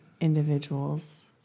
individuals